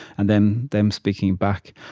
and then them speaking back,